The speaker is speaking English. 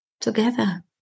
together